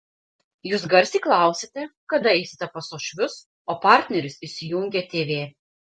jūs garsiai klausiate kada eisite pas uošvius o partneris įsijungia tv